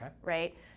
right